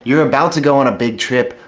you're about to go on a big trip,